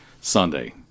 sunday